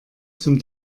zum